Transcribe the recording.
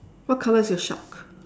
what colour is your shark